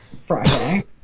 Friday